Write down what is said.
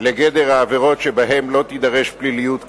לגדר העבירות שבהן לא תידרש פליליות כפולה.